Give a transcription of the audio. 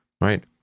right